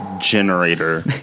generator